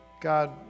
God